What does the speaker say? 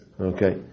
Okay